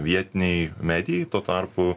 vietinei medijai tuo tarpu